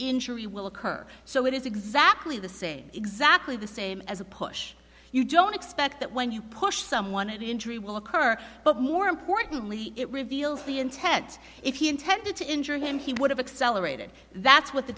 injury will occur so it is exactly the same exactly the same as a push you don't expect that when you push someone an injury will occur but more importantly it reveals the intent if he intended to injure him he would have accelerated that's what the